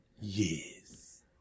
yes